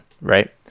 right